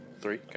Three